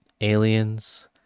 Aliens